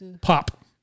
Pop